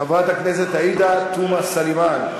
חברת הכנסת עאידה תומא סלימאן,